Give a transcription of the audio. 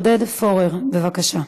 חבר הכנסת עודד פורר, בבקשה.